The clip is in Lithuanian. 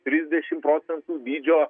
trisdešim procentų dydžio